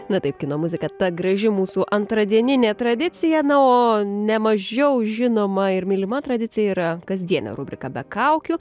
na taip kino muzika ta graži mūsų antradieninė tradicija na o nemažiau žinoma ir mylima tradicija yra kasdienė rubrika be kaukių